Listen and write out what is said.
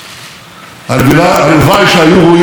צאצאיהם בני החורין,